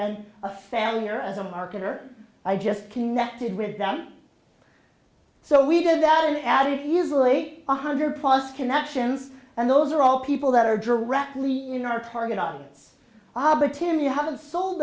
been a failure as a marketer i just connected with them so we did that and added usually one hundred plus connections and those are all people that are directly in our target audience aba tim you haven't sold